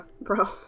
bro